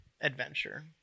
adventure